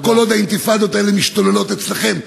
כל עוד האינתיפאדות האלה משתוללות אצלכם,